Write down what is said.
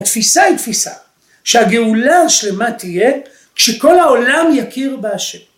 התפיסה היא תפיסה שהגאולה השלמה תהיה כשכל העולם יכיר באשם.